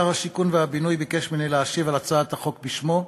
שר הבינוי והשיכון ביקש ממני להשיב על הצעת החוק בשמו.